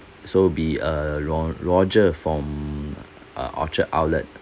so be uh ro~ roger from uh orchard outlet